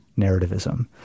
narrativism